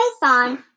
python